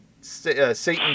Satan